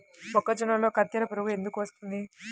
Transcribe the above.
మొక్కజొన్నలో కత్తెర పురుగు ఎందుకు వస్తుంది?